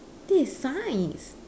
this is science